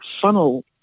funnel